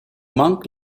monk